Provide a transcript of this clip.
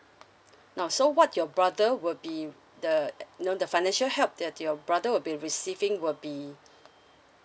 now so what your brother would be the you know the financial help that your brother would be receiving will be